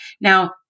Now